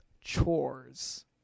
chores